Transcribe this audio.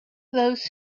those